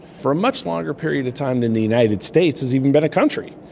for a much longer period of time than the united states has even been a country.